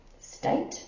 state